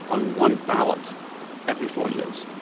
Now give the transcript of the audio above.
on one ballot every four years.